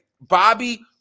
bobby